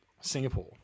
singapore